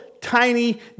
tiny